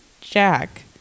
jack